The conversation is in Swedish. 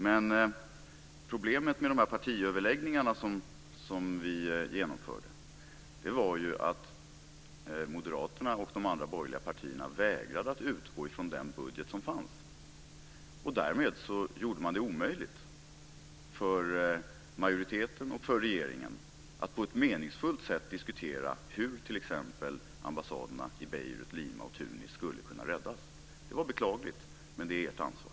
Men problemet med de partiöverläggningar vi genomförde var ju att Moderaterna och de andra borgerliga partierna vägrade att utgå från den budget som fanns. Därmed gjorde man det omöjligt för majoriteten och för regeringen att på ett meningsfullt sätt diskutera hur t.ex. ambassaderna i Beirut, Lima och Tunis skulle kunna räddas. Det var beklagligt, men det är ert ansvar.